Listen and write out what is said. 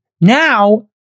Now